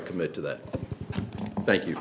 commit to that thank you